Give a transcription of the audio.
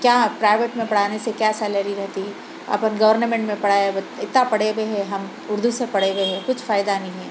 کیا پرائیویٹ میں پڑھانے سے کیا سیلری رہتی گورنمنٹ میں پڑھائے ہوتے اتنا پڑھے ہوئے ہیں ہم اُردو سے پڑھے ہوئے ہیں کچھ فائدہ نہیں ہے